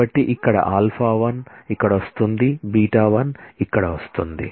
కాబట్టి ఇక్కడ α1 ఇక్కడ వస్తోంది β 1 ఇక్కడ వస్తోంది